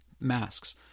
masks